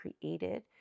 created